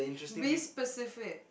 be specific